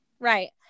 Right